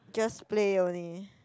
just play only